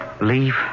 Leave